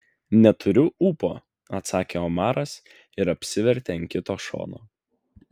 neturiu ūpo atsakė omaras ir apsivertė ant kito šono